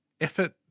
effort